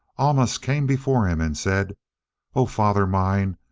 almas came before him and said o father mine!